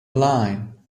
line